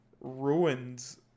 ruins